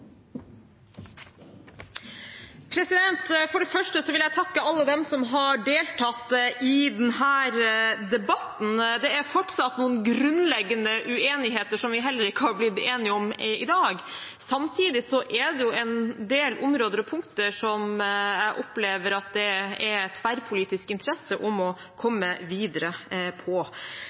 lag? For det første vil jeg takke alle dem som har deltatt i denne debatten. Det er fortsatt noen grunnleggende uenigheter, som vi heller ikke har blitt enige om i dag. Samtidig er det en del områder og punkter som jeg opplever at det er tverrpolitisk interesse for å komme videre på.